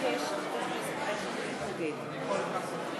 שר הבריאות יעקב ליצמן מבקש לדבר בשם הממשלה.